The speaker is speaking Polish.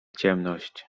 ciemność